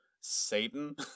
Satan